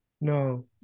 No